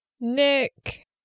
Nick